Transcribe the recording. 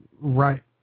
right